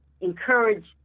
encourage